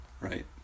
Right